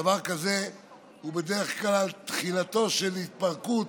דבר כזה הוא בדרך כלל תחילתה של התפרקות,